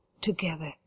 together